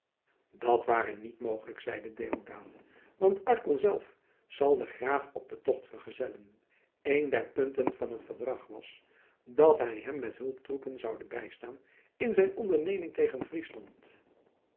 dat ware niet mogelijk zeide deodaat want arkel zelf zal den graaf op den tocht vergezellen een der punten van het verdrag was dat hij hem met hulptroepen zoude bijstaan in zijn onderneming tegen friesland